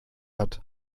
hat